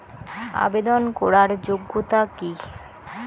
আবেদন করার যোগ্যতা কি?